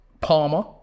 Palmer